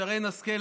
שרן השכל,